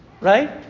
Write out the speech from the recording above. Right